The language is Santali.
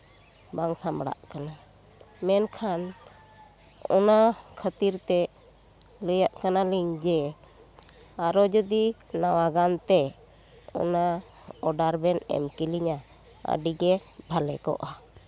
ᱵᱟᱝ ᱥᱟᱢᱲᱟᱜ ᱠᱟᱱᱟ ᱢᱮᱱᱠᱷᱟᱱ ᱚᱱᱟ ᱠᱷᱟᱹᱛᱤᱨ ᱛᱮ ᱞᱟᱹᱭᱟᱜ ᱠᱟᱱᱟ ᱞᱤᱧ ᱡᱮ ᱟᱨᱚ ᱡᱩᱫᱤ ᱱᱟᱣᱟ ᱜᱟᱱᱛᱮ ᱚᱱᱟ ᱚᱰᱟᱨ ᱵᱮᱱ ᱮᱢ ᱠᱤᱞᱤᱧᱟ ᱟᱹᱰᱤᱜᱮ ᱵᱷᱟᱞᱮ ᱠᱚᱜᱼᱟ